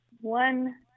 one